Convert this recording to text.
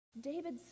David